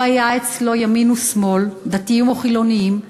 לא היה אצלו ימין או שמאל, דתיים או חילונים.